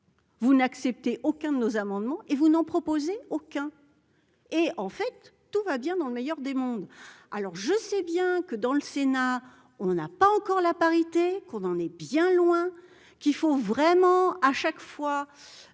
Vous n'accepter aucun de nos amendements et vous n'en proposer aucun. Et en fait tout va bien dans le meilleur des mondes, alors je sais bien que dans le Sénat, on n'a pas encore la parité qu'on en est bien loin, qu'il faut vraiment à chaque fois.